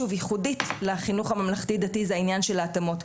שוב ייחודית לחינוך הממלכתי-דתי זה העניין של ההתאמות.